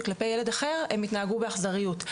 וכלפי ילד אחר הם התנהגו באכזריות.